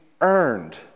earned